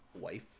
wife